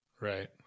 Right